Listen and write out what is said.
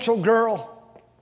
girl